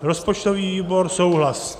Rozpočtový výbor souhlas.